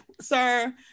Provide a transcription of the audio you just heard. sir